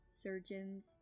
surgeons